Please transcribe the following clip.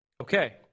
Okay